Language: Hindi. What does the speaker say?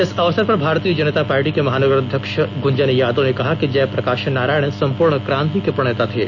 इस अवसर पर भारतीय जनता पार्टी के महानगर अध्यक्ष ग्रंजन यादव ने कहा कि जयप्रकाश नारायण संपूर्ण क्रांति के प्रणेता थे